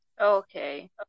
Okay